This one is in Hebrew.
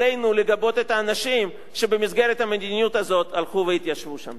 עלינו לגבות את האנשים שבמסגרת המדיניות הזאת הלכו והתיישבו שם.